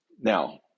Now